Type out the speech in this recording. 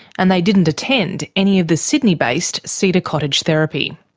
and they didn't attend any of the sydney-based cedar cottage therapy.